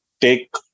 take